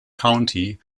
county